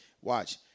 watch